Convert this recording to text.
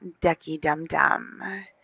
ducky-dum-dum